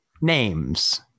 names